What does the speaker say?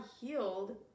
healed